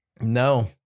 no